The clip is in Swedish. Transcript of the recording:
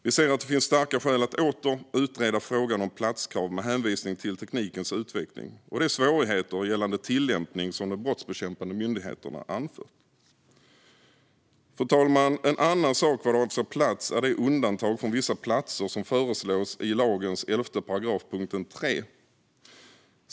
Vi anser att det finns starka skäl att åter utreda frågan om platskrav med hänvisning till teknikens utveckling och de svårigheter gällande tillämpning som de brottsbekämpande myndigheterna anför. Fru talman! En annan sak vad avser plats är de undantag för vissa platser som föreslås i lagens 11 § 3.